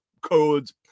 codes